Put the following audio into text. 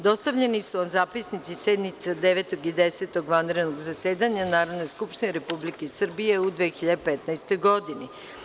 Dostavljeni su vam zapisnici sednice 9. i 10. vanrednog zasedanja Narodne skupštine Republike Srbije u 2015. godini.